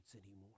anymore